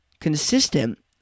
consistent